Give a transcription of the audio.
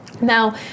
Now